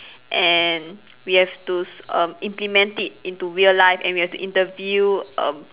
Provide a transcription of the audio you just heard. and we have to s~ um implement it into real life and we have to interview um